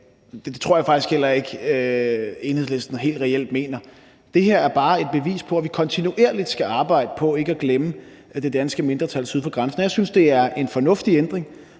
Det tror jeg faktisk heller ikke Enhedslisten helt reelt mener. Det her er bare et bevis på, at vi kontinuerligt skal arbejdede på ikke at glemme det danske mindretal syd for grænsen. Jeg synes, det er en fornuftig ændring,